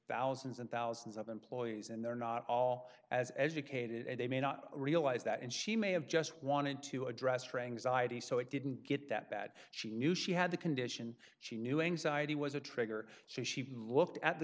thousands and thousands of employees and they're not all as educated and they may not realize that and she may have just wanted to address for anxiety so it didn't get that bad she knew she had the condition she knew anxiety was a trigger so she looked at the